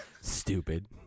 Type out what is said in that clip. Stupid